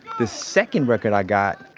the second record i got,